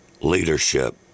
leadership